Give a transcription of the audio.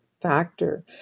factor